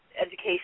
education